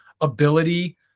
ability